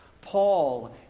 Paul